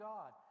God